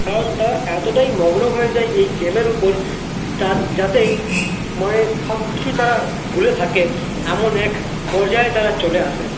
কারণ তারা এতটাই মগ্ন হয়ে যায় এই গেমের উপর যাতে মানে সবকিছু তারা ভুলে থাকে এমন এক পর্যায়ে তারা চলে আসে